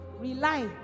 rely